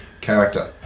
character